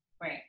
Right